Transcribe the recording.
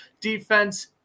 Defense –